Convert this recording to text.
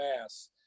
mass